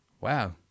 wow